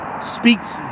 speaks